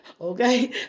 Okay